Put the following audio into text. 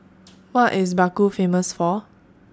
What IS Baku Famous For